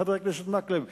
חבר הכנסת מקלב.